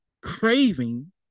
craving